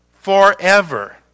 forever